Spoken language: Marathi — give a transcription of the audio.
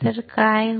काय होईल